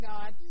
God